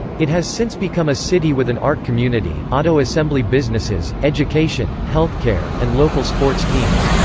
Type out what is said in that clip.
it has since become a city with an art community, auto assembly businesses, education, healthcare, and local sports teams.